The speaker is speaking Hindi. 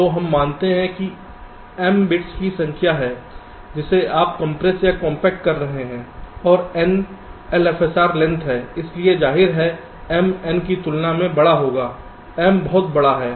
तो हम मानते हैं कि m बिट्स की संख्या है जिसे आप कंप्रेस या कॉम्पैक्ट कर रहे हैं और n LFSR लेंथ है इसलिए जाहिर है m n की तुलना में बड़ा होगा m बहुत बड़ा है